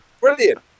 Brilliant